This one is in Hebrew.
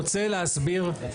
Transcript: אני רוצה להסביר משהו.